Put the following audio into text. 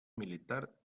militar